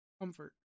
comfort